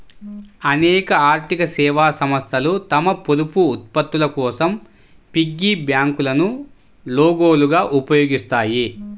అనేక ఆర్థిక సేవా సంస్థలు తమ పొదుపు ఉత్పత్తుల కోసం పిగ్గీ బ్యాంకులను లోగోలుగా ఉపయోగిస్తాయి